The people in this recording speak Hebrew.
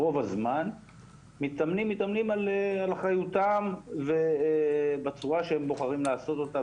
ברוב הזמן המתאמנים מתאמנים על אחריותם ובצורה שהם בוחרים לעשות אותה,